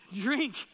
drink